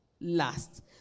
Last